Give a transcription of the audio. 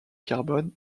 carbone